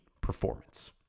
performance